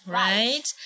right